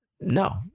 No